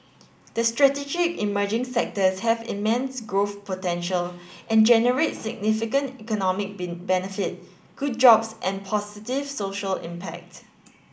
the strategic emerging sectors have immense growth potential and generate significant economic be benefit good jobs and positive social impact